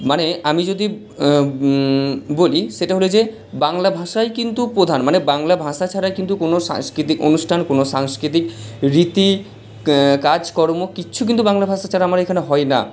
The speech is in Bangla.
মানে আমি যদি বলি সেটা হল যে বাংলা ভাষাই কিন্তু প্রধান মানে বাংলা ভাষা ছাড়াই কিন্তু কোনও সাংস্কৃতিক অনুষ্ঠান কোনও সাংস্কৃতিক রীতি কাজকর্ম কিচ্ছু কিন্তু বাংলা ভাষা ছাড়া আমার এখানে হয় না